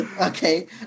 Okay